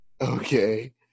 Okay